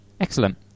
Excellent